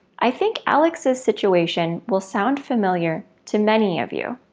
i think alex's situation will sound familiar to many of you.